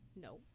no